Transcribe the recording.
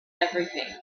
everything